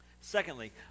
secondly